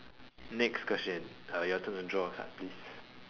next question uh your turn to draw a card please